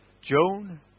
Joan